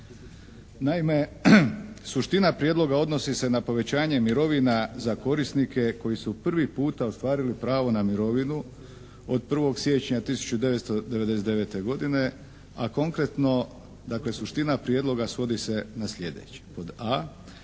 Naime, suština prijedloga odnosi se na povećanje mirovina za korisnike koji su prvi puta ostvarili pravo na mirovinu od 1. siječnja 1999. godine, a konkretno dakle suština prijedloga svodi se na sljedeće. Pod a: